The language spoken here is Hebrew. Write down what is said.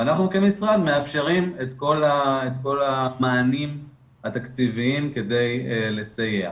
ואנחנו כמשרד מאפשרים את כל המענים התקציביים כדי לסייע.